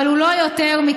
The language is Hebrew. אבל הוא לא יותר מקבלן.